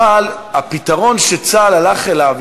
אבל הפתרון שצה"ל הלך אליו,